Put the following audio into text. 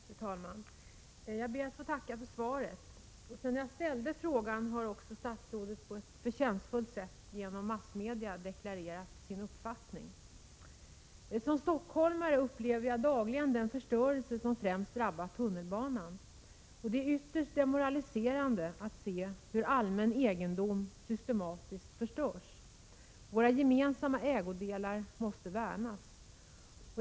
Fru talman! Jag ber att få tacka för svaret. Sedan jag ställde frågan har också statsrådet på ett förtjänstfullt sätt genom massmedia deklarerat sin uppfattning. Som stockholmare upplever jag dagligen den förstörelse som främst drabbat tunnelbanan. Det är ytterst demoraliserande att se hur allmän egendom systematiskt förstörs. Våra gemensamma ägodelar måste värnas.